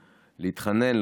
להתחנן,